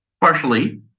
Partially